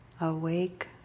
Awake